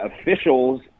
officials